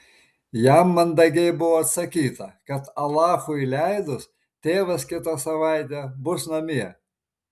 jam mandagiai buvo atsakyta kad alachui leidus tėvas kitą savaitę bus namie